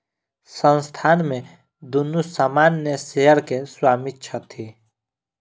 संस्थान में दुनू सामान्य शेयर के स्वामी छथि